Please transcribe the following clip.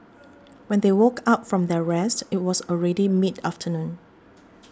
when they woke up from their rest it was already mid afternoon